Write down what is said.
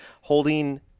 holding